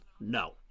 No